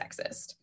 sexist